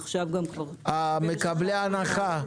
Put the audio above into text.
עכשיו --- מקבלי ההנחה,